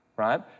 Right